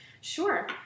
Sure